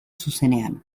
zuzenean